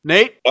Nate